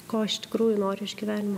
ko iš tikrųjų noriu iš gyvenimo